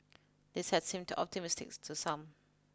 this has seemed optimistic to some